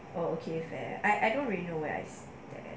oh okay fair I I don't really know what's that